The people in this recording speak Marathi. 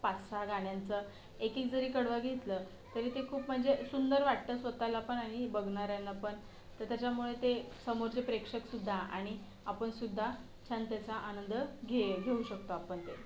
पाचसहा गाण्यांचा एक एक जरी कडवं घेतलं तरी ते खूप म्हणजे सुंदर वाटतं स्वतःलापण आणि बघणाऱ्यांना पण तर त्याच्यामुळे ते समोरचे प्रेक्षकसुद्धा आणि आपणसुद्धा छान त्याचा आनंद घे घेऊ शकतो आपण ते